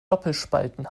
doppelspalten